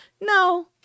No